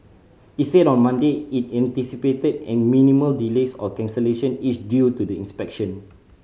it said on Monday it anticipated an minimal delays or cancellation each due to the inspection